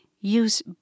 use